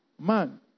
man